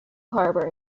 harbour